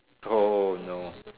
oh no